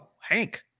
Hank